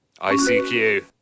ICQ